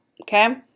okay